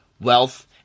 wealth